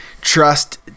trust